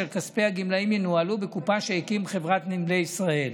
כאשר כספי הגמלאים ינוהלו בקופה שתקים חברת נמלי ישראל.